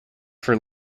for